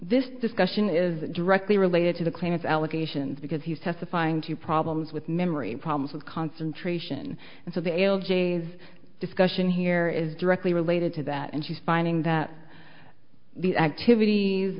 this discussion is directly related to the claim it's allegations because he's testifying to problems with memory problems with concentration and so the ail j's discussion here is directly related to that and she's finding that the activities